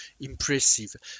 impressive